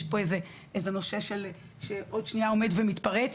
יש כאן עוד דבר שעוד שנייה מתפרץ,